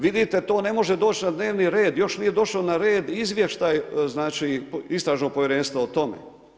Vidite to, ne može doći na dnevni red, još nije došao na red izvještaj Istražnog povjerenstva o tome.